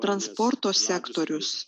transporto sektorius